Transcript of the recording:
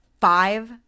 five